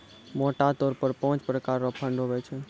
मोटा तौर पर पाँच प्रकार रो फंड हुवै छै